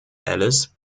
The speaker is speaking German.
elles